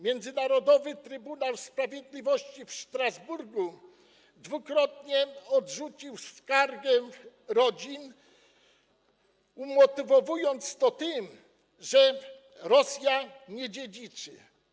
Międzynarodowy Trybunał Sprawiedliwości w Strasburgu dwukrotnie odrzucił skargę rodzin, motywując to tym, że Rosja nie dziedziczy.